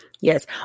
Yes